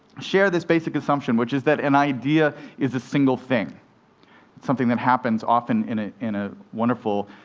share this basic assumption, which is that an idea is a single thing. it's something that happens often in a in a wonderful,